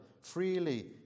freely